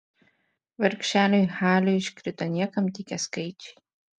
vargšeliui haliui iškrito niekam tikę skaičiai